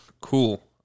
Cool